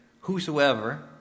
Whosoever